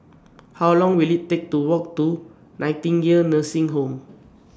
How Long Will IT Take to Walk to Nightingale Nursing Home